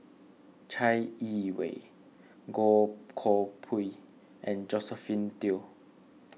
Chai Yee Wei Goh Koh Pui and Josephine Teo